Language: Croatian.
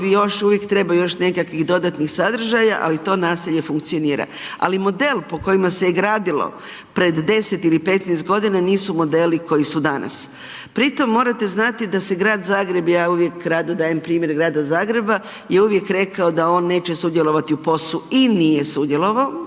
uvijek treba još nekakvih dodatnih sadržaja, ali to naselje funkcionira. Ali model po kojima se je gradilo pred 10 ili 15 godina, nisu modeli koji su danas. Pritom morate znati da se Grad Zagreb, ja uvijek rado dajem primjer Grada Zagreba je uvijek rekao da on neće sudjelovati u POS-u i nije sudjelovao,